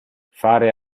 fare